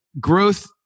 growth